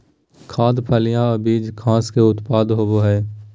खाद्य, फलियां और बीज घास के उत्पाद होबो हइ